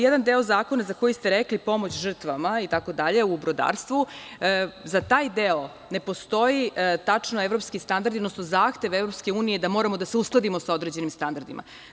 Jedan deo zakona za koji ste rekli, pomoć žrtvama itd. u brodarstvu, za taj deo postoje tačno evropski standardi, odnosno zahtev EU da moramo da se uskladimo sa određenim standardima.